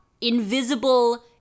invisible